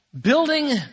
building